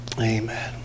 Amen